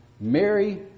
Mary